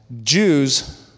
Jews